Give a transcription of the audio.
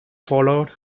followed